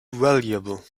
valuable